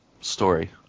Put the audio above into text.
story